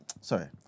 Sorry